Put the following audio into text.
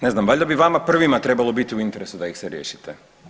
Ne znam, valjda bi vama prvima trebalo biti u interesu da ih se riješite.